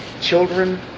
Children